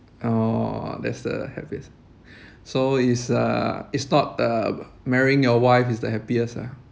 orh that's the happiest so is uh it's not uh marrying your wife is the happiest ah